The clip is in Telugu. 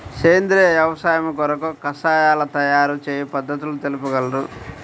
సేంద్రియ వ్యవసాయము కొరకు కషాయాల తయారు చేయు పద్ధతులు తెలుపగలరు?